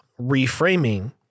Reframing